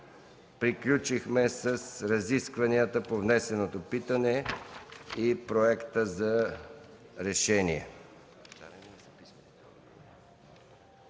Приключихме с разискванията по внесеното питане и проекта за решение.